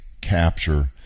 capture